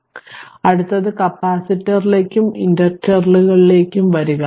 അതിനാൽ അടുത്തത് കപ്പാസിറ്ററിലേക്കും ഇൻഡക്ടറുകളിലേക്കും വരിക